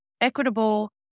equitable